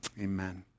Amen